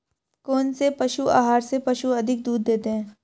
कौनसे पशु आहार से पशु अधिक दूध देते हैं?